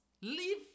leave